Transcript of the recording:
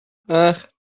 ach